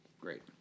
great